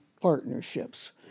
Partnerships